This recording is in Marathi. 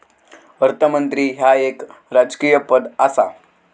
अर्थमंत्री ह्या एक राजकीय पद आसा